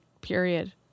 period